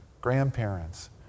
grandparents